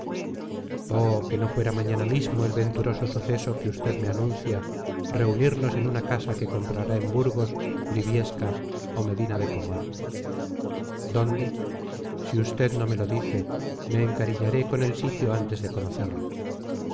oh que no fuera mañana mismo el venturoso suceso que usted me anuncia reunirnos en una casa que comprará en burgos briviesca o medina de pomar dónde si usted no me lo dice me encariñaré con el sitio antes de conocerlo